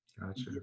Gotcha